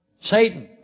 Satan